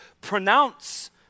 pronounce